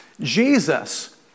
Jesus